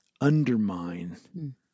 undermine